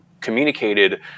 communicated